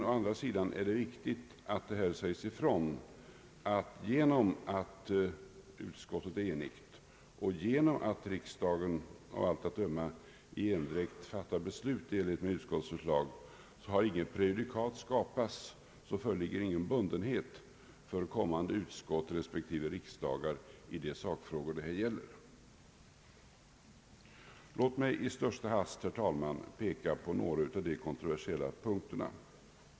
Å andra sidan är det viktigt att det sägs ifrån, att genom att utskottet är enigt och genom att riksdagen av allt att döma i endräkt fattar beslut i enlighet med utskottets förslag har inget prejudikat skapats; det föreligger ingen bundenhet för kommande utskott respektive riksdagar i de sakfrågor det här gäller. Låt mig i största hast, herr talman, peka på några av de kontroversiella frågorna.